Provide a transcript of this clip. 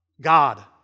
God